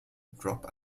drop